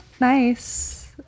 nice